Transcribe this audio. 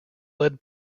led